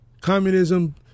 communism